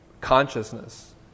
consciousness